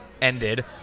ended